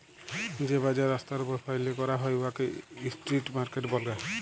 যে বাজার রাস্তার উপর ফ্যাইলে ক্যরা হ্যয় উয়াকে ইস্ট্রিট মার্কেট ব্যলে